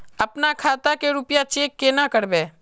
अपना खाता के रुपया चेक केना करबे?